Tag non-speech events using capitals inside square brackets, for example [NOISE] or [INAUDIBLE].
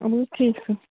[UNINTELLIGIBLE]